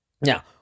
Now